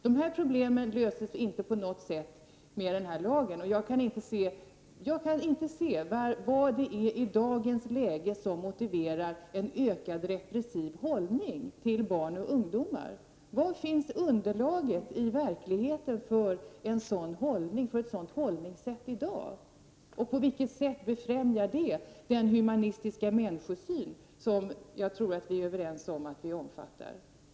Dessa problem löses inte på något sätt med den här lagen. Jag kan inte se vad det är i dagens läge som motiverar en ökad repressiv hållning gentemot barn och ungdomar. Var finns underlaget i verkligheten för ett sådant hållningssätt i dag? På vilket sätt befrämjar det den humana människosyn som jag tror att vi är överens om att vi omfattar?